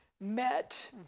met